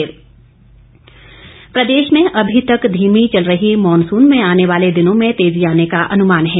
मौसम प्रदेश में अभी तक धीमी चल रही मॉनसून में आने वाले दिनों में तेजी आने का अनुमान है